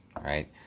right